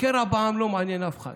הקרע בעם לא מעניין אף אחד.